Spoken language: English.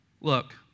Look